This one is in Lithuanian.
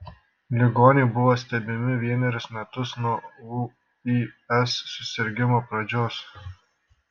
ligoniai buvo stebimi vienerius metus nuo ūis susirgimo pradžios